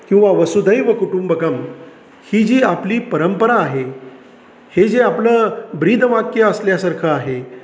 किंवा वसुधैव कुटुंबकम् ही जी आपली परंपरा आहे हे जे आपलं ब्रीद वाक्य असल्यासारखं आहे